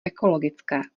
ekologické